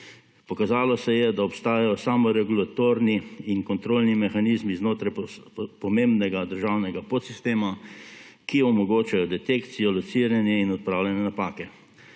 Pokazalo se je, da obstajajo samoregulatorni in kontrolni mehanizmi znotraj potrebnega državnega podsistema, ki omogočajo detekcijo, lociranje in odpravljanje napake.